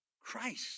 Christ